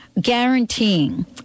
guaranteeing